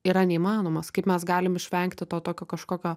yra neįmanomas kaip mes galim išvengti to tokio kažkokio